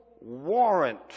warrant